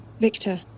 Victor